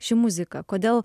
ši muzika kodėl